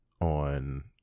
on